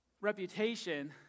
reputation